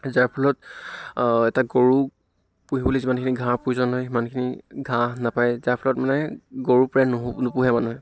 যাৰ ফলত এটা গৰু পুহিবলৈ যিমানখিনি ঘাঁহৰ প্ৰয়োজন হয় সিমানখিনি ঘাঁহ নাপায় যাৰ ফলত মানে গৰু প্ৰায় নোহো নোপোহে মানুহে